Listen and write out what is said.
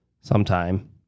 sometime